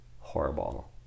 horrible